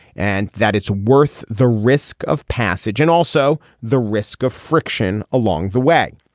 and that it's worth the risk of passage and also the risk of friction along the way.